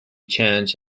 changed